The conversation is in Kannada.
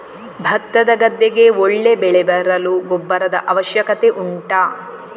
ಭತ್ತದ ಗದ್ದೆಗೆ ಒಳ್ಳೆ ಬೆಳೆ ಬರಲು ಗೊಬ್ಬರದ ಅವಶ್ಯಕತೆ ಉಂಟಾ